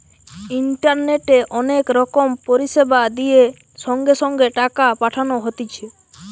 ইন্টারনেটে অনেক রকম পরিষেবা দিয়ে সঙ্গে সঙ্গে টাকা পাঠানো হতিছে